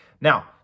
Now